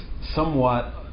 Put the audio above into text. somewhat